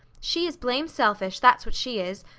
she is blame selfish, that's what she is,